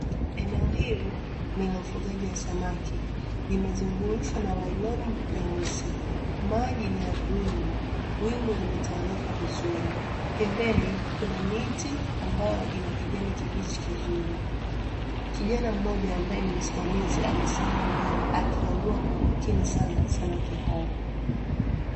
Eneo hili ni la ufugaji wa samaki, limezungurushwa na nailoni nyeusi, maji ni ya bluu, wingu limetawanyika vizuri. Pembeni kuna miti ambayo ina kijani kibichi kizuri. Kijana mmoja ambaye ni msimamizi, amesimama mbele akikagua kwa umakini sana samaki hao.